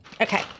Okay